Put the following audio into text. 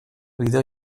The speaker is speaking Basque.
bideo